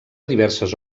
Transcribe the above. diverses